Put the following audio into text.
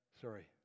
Sorry